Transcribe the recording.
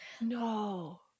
no